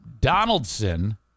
Donaldson